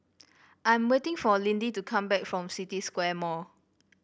I am waiting for Lindy to come back from City Square Mall